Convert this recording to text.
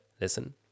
listen